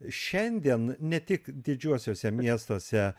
šiandien ne tik didžiuosiuose miestuose